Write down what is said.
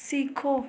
सीखो